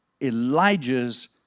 Elijah's